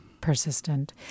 persistent